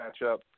matchup